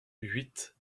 huit